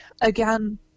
again